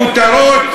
כותרות: